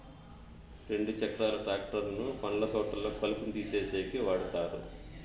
రెండు చక్రాల ట్రాక్టర్ ను పండ్ల తోటల్లో కలుపును తీసేసేకి వాడతారు